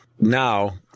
Now